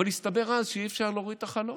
אבל הסתבר אז שאי-אפשר להוריד את החלון.